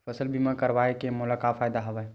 फसल बीमा करवाय के मोला का फ़ायदा हवय?